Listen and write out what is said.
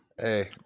Hey